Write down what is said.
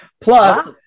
Plus